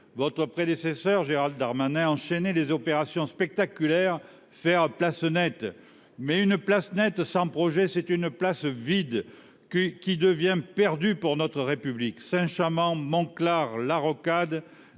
Votre prédécesseur, Gérald Darmanin, enchaînait des opérations spectaculaires pour faire « place nette ». Mais une place nette sans projet, c’est une place vide, qui devient perdue pour notre République ! Saint Chamand, Monclar, La Rocade…